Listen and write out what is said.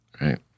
Right